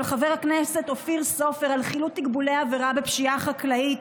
של חבר הכנסת אופיר סופר על חילוט תקבולי עבירה בפשיעה החקלאית,